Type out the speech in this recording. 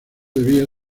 debía